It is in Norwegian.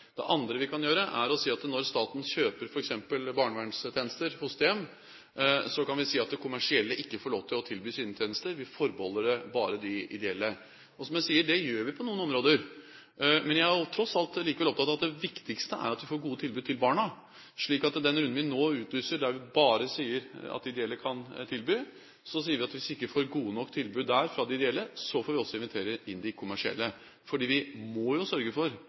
Det andre vi kan gjøre, er å si at når staten kjøper f.eks. barnevernstjenester/fosterhjem, får ikke de kommersielle lov til å tilby sine tjenester, det forbeholder vi bare de ideelle. Som jeg sier, så gjør vi det på noen områder, men likevel er jeg tross alt opptatt av at det viktigste er at vi får gode tilbud til barna. Slik at når det gjelder den runden vi nå utlyser, der det bare er de ideelle som kan komme med anbud, sier vi at hvis vi ikke får gode nok anbud fra de ideelle der, får vi også invitere inn de kommersielle, for vi må jo sørge for